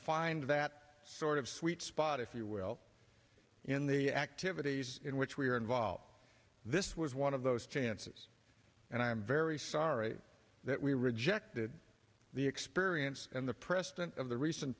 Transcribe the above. find that sort of sweet spot if you will in the activities in which we are involved this was one of those chances and i'm very sorry that we rejected the experience and the precedent of the recent